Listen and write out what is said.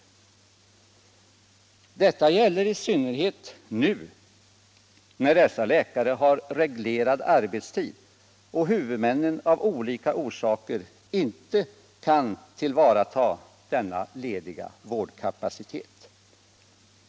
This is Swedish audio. Detta gäller i synnerhet nu, när dessa läkare har reglerad arbetstid och huvudmännen av olika orsaker inte kan tillvarata denna lediga vårdkapacitet.